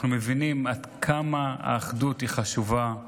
אנחנו מבינים עד כמה האחדות היא חשובה.